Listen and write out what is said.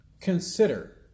consider